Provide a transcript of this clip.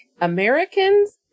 Americans